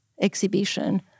exhibition